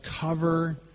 cover